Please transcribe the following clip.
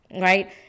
right